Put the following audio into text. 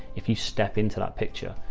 if you step into that picture,